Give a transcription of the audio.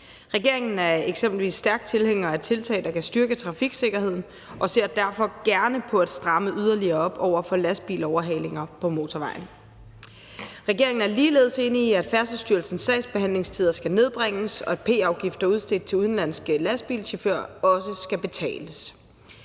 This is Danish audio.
Regeringen er eksempelvis stærk tilhænger af tiltag, der kan styrke trafiksikkerheden, og ser derfor gerne på at stramme yderligere op over for lastbiloverhalinger på motorvejen. Regeringen er ligeledes enig i, at Færdselsstyrelsens sagsbehandlingstider skal nedbringes, og at p-afgifter udstedt til udenlandske lastbilchauffører også skal betales,